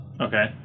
Okay